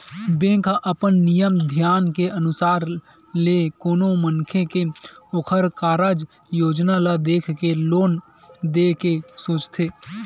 bank ह अपन नियम धियम के अनुसार ले कोनो मनखे के ओखर कारज योजना ल देख के लोन देय के सोचथे